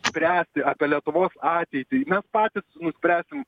spręsti apie lietuvos ateitį mes patys nuspręsim